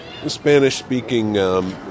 spanish-speaking